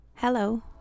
Hello